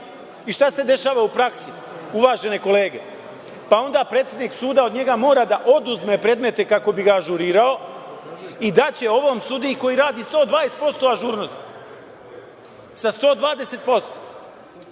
I šta se dešava u praksi, uvažene kolege? Pa onda predsednik suda od njega mora da oduzme predmete kako bi ga ažurirao i daće ovom sudiji koji radi sa 120% ažurnosti. Šta to